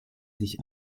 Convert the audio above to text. sich